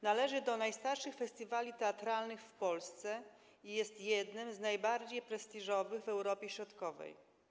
Należy do najstarszych festiwali teatralnych w Polsce i jest jednym z najbardziej prestiżowych w Europie Środkowej.